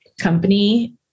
company